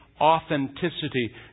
authenticity